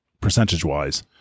percentage-wise